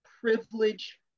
privilege